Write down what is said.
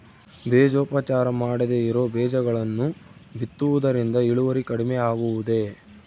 ಬೇಜೋಪಚಾರ ಮಾಡದೇ ಇರೋ ಬೇಜಗಳನ್ನು ಬಿತ್ತುವುದರಿಂದ ಇಳುವರಿ ಕಡಿಮೆ ಆಗುವುದೇ?